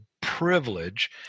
privilege